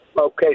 Okay